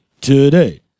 today